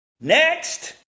Next